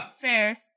fair